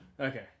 Okay